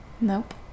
Nope